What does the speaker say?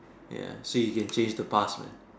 ya so you can taste the past man